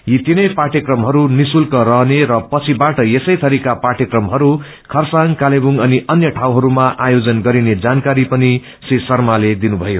यी तीनै पाठयक्रमहरू निशुल्क रहने र पछिबाट यसै थरिका पाठयक्रमहरू खरसाङ कालेबुङ अनि अन्य ठाउँहरूमा आयोजन गरिने जानकारी पनि श्री शर्माले दिनुभयो